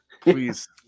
Please